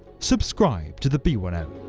subscribe to the b one m.